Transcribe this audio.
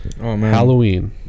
Halloween